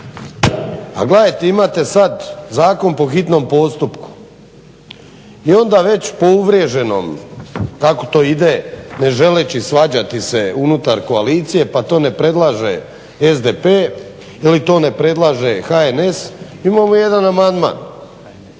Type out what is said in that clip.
A gledajte imate sada zakon po hitnom postupku i onda već po uvriježenom kako to ide ne želeći svađati se unutar koalicije pa to ne predlaže SDP ili to ne predlaže HNS imamo jedan amandman